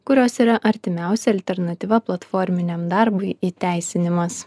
kurios yra artimiausia alternatyva platforminiam darbui įteisinimas